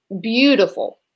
beautiful